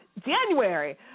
January